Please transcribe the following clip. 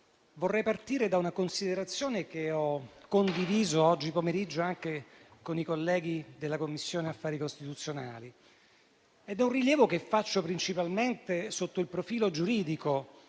vorrei partire da una considerazione che ho condiviso oggi pomeriggio anche con i colleghi della Commissione affari costituzionali, che è un rilievo che faccio principalmente sotto il profilo giuridico,